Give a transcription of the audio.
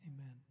amen